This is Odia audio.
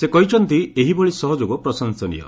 ସେ କହିଛନ୍ତି ଏହିଭଳି ସହଯୋଗ ପ୍ରଶଂସନୀୟ